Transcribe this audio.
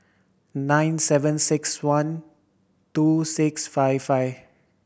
nine seven six one two six five five